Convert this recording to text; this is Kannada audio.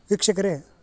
ವೀಕ್ಷಕರೆ